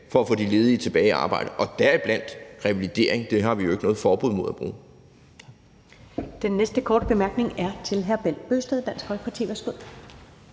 for at få de ledige tilbage i arbejde og deriblandt revalidering; det har vi jo ikke noget forbud mod at bruge.